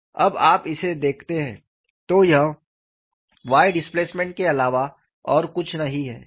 जब आप इसे देखते हैं तो यह y डिस्प्लेसमेंट के अलावा और कुछ नहीं है